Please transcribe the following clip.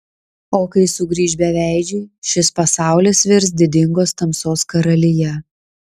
o kai sugrįš beveidžiai šis pasaulis virs didingos tamsos karalija